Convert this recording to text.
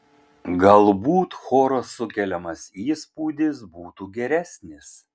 galbūt choro sukeliamas įspūdis būtų geresnis